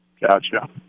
Gotcha